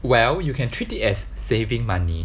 well you can treat it as saving money